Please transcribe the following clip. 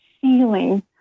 feeling